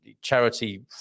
charity